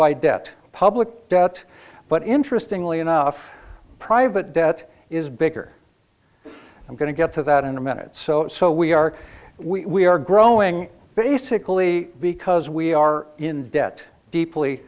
by debt public debt but interesting lee enough private debt is bigger i'm going to get to that in a minute so so we are we are growing basically because we are in debt deeply